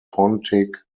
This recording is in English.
pontic